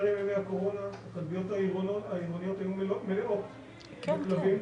שטרם ימי הקורונה הכלביות העירוניות היו מלאות בכלבים,